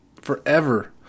forever